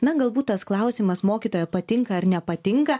na galbūt tas klausimas mokytoja patinka ar nepatinka